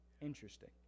interesting